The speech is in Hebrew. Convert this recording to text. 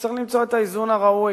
צריך למצוא את האיזון הראוי,